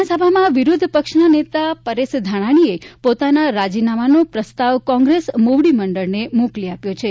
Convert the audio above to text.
વિધાનસભામાં વિરોધ પક્ષના નેતા પરેશ ધાનાણીએ પોતાના રાજીનામાનો પ્રસ્તાવ કોંગ્રેસ મોવડીમંડળને મોકલી આપ્યો છે